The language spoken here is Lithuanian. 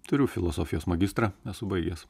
turiu filosofijos magistrą esu baigęs